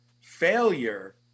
failure